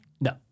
no